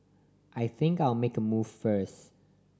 I think I'll make a move first